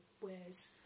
wears